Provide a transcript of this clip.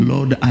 Lord